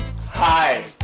hi